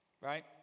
Right